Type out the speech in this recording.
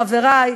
חברי,